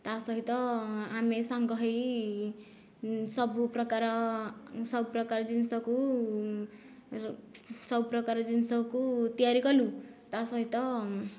ତା ସହିତ ଆମେ ସାଙ୍ଗ ହୋଇ ସବୁ ପ୍ରକାର ସବୁ ପ୍ରକାର ଜିନିଷକୁ ସବୁ ପ୍ରକାର ଜିନିଷକୁ ତିଆରି କଲୁ ତା ସହିତ